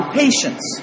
patience